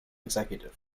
executive